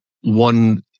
one